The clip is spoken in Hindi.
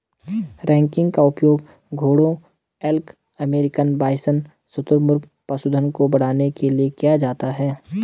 रैंकिंग का उपयोग घोड़ों एल्क अमेरिकन बाइसन शुतुरमुर्ग पशुधन को बढ़ाने के लिए किया जाता है